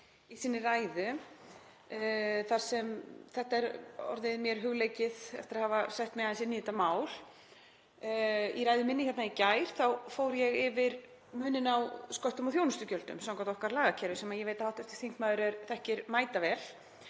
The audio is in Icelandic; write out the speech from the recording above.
í sinni ræðu þar sem þetta er orðið mér hugleikið eftir að hafa sett mig aðeins inn í þetta mál. Í ræðu minni í gær fór ég yfir muninn á sköttum og þjónustugjöldum samkvæmt okkar lagakerfi sem ég veit að hv. þingmaður þekkir mætavel.